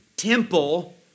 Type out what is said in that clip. temple